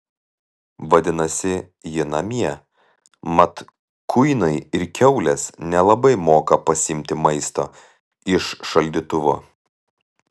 vadinasi ji namie mat kuinai ir kiaulės nelabai moka pasiimti maisto iš šaldytuvo